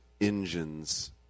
engines